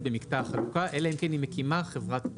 במקטע החלוקה אלא אם כן היא מקימה חברת בת.